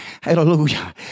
Hallelujah